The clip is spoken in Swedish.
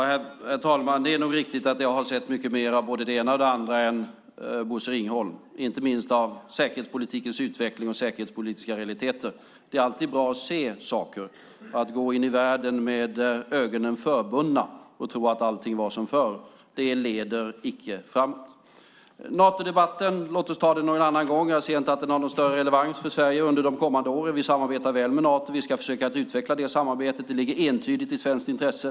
Herr talman! Det är nog riktigt att jag har sett mycket mer av både det enda och det andra än Bosse Ringholm, inte minst av säkerhetspolitikens utveckling och säkerhetspolitiska realiteter. Det är alltid bra att se saker. Att gå i världen med ögonen förbundna och tro att allting är som förr leder icke framåt. Låt oss ta Natodebatten någon annan gång. Jag ser inte att den har någon större relevans för Sverige under de kommande åren. Vi samarbetar väl med Nato, och vi ska försöka att utveckla det samarbetet. Det ligger entydigt i svenskt intresse.